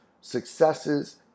successes